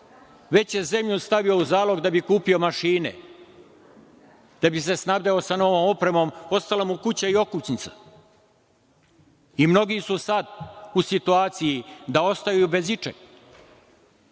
Već je zemlju stavio u zalog da bi kupio mašine, da bi se snabdeo sa novom opremom, ostala mu kuća i okućnica. I mnogi su sada u situaciji da ostaju bez ičega.